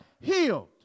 Healed